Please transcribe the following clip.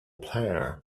player